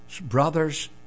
brother's